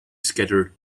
scattered